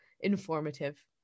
informative